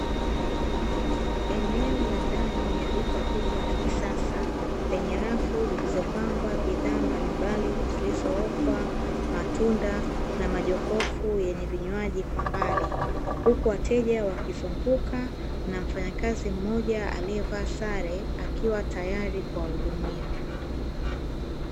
Eneo la ndani ya duka kubwa la kisasa, lenye rafu zilizopangwa bidhaa mbalimbali zilizo okwa, matunda na majokofu yenye vinywaji kwa mbali, huku wateja wakizunguka na mfanyakazi moja alievaa sare akiwa tayari kuwahudumia.